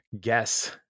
guess